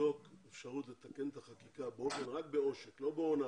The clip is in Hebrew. לבדוק אפשרות לתקן את החקיקה רק בעושק ולא בהונאה.